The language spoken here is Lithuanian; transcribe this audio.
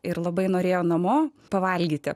ir labai norėjo namo pavalgyti